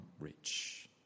rich